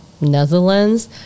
Netherlands